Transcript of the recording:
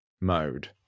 mode